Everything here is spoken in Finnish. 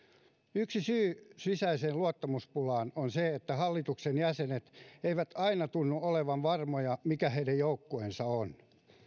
yksi syy sisäiseen luottamuspulaan on se että hallituksen jäsenet eivät aina tunnu olevan varmoja mikä heidän joukkueensa on